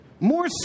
More